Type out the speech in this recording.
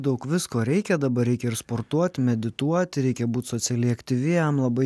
daug visko reikia dabar reikia ir sportuoti medituoti reikia būti socialiai aktyviem